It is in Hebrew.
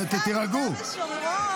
תירגעו.